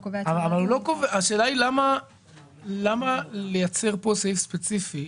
השאלה היא למה לייצר פה סעיף ספציפי.